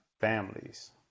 families